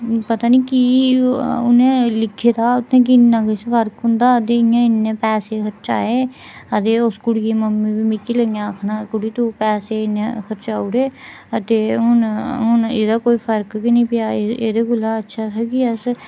ओह् पता निं कि केह् लिखे दा हा कि इन्ना किश फर्क होंदा इन्ने पैसे खर्चाए ते उस कुड़िये दी मम्मी बी मिगी लगियां आखन कि कुड़ी तूं पैसे इन्ने खर्चाई ओड़े ते हून हून एह्दे कन्नै फर्क गै नेईं प'वै दा एह्दे कोला अच्छा हा कि अस